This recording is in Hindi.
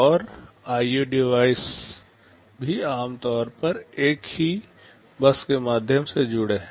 और आईओ डिवाइस भी आम तौर पर एक ही बस के माध्यम से जुड़े हुए हैं